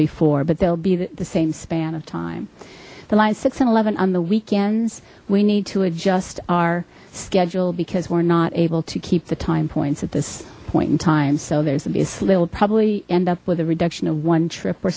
be four but they'll be the same span of time the line six and eleven on the weekends we need to adjust our schedule because we're not able to keep the time points at this point in time so there's a nice little probably end up with a reduction of one trip or